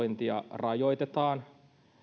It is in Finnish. kun islamin kritisointia rajoitetaan